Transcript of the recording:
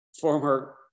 former